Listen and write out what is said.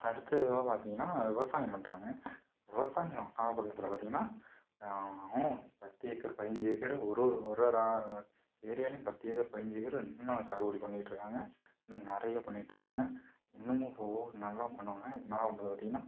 அடுத்து பார்த்திங்கனா விவசாயம் பண்ணுறாங்க விவசாயம் நாகப்பட்னத்தில் பார்த்திங்கனா பத்து ஏக்கர் பைஞ்சு ஏக்கரு ஒரு ஒரு ஒரு ஒரு ஏரியாலேயும் பத்து ஏக்கர் பைஞ்சு ஏக்கர் இன்னும் சாகுபடி பண்ணிட்டுருக்காங்க நிறைய பண்ணிட்டுருக்காங்க இன்னமும் நல்லா பண்ணுவாங்க நாகப்பட்டினத்துல பார்த்திங்கனா